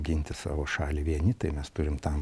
ginti savo šalį vieni tai mes turim tam